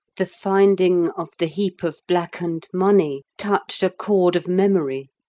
the finding of the heap of blackened money touched a chord of memory.